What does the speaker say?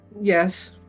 yes